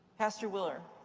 pastor willer.